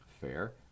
fair